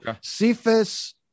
Cephas